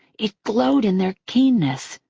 it glowed in their keenness,